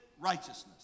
righteousness